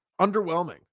underwhelming